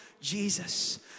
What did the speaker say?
Jesus